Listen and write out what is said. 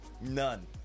None